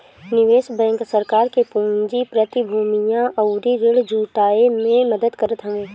निवेश बैंक सरकार के पूंजी, प्रतिभूतियां अउरी ऋण जुटाए में मदद करत हवे